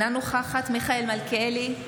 אינה נוכחת מיכאל מלכיאלי,